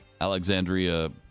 Alexandria